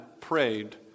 prayed